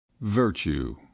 VIRTUE